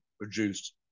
produced